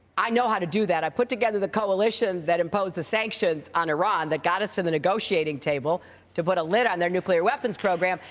i know how to do that. i put together the coalition that imposed the sanctions on iran that got us to the negotiating table to put a lid on their nuclear weapons program.